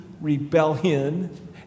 rebellion